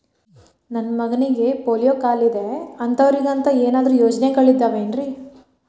ನನ್ನ ಮಗನಿಗ ಪೋಲಿಯೋ ಕಾಲಿದೆ ಅಂತವರಿಗ ಅಂತ ಏನಾದರೂ ಯೋಜನೆಗಳಿದಾವೇನ್ರಿ?